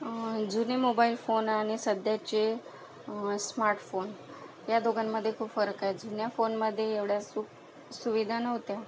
जुने mobile phone आणि सध्याचे स्मार्ट फोन या दोघांमध्ये खूप फरक आहे जुन्या फोनमध्ये एवढ्या सुख सुविधा नव्हत्या